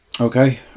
Okay